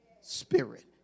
Spirit